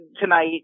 tonight